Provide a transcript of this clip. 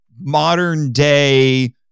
modern-day